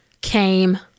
came